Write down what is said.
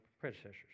predecessors